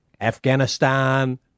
Afghanistan